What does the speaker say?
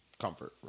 comfort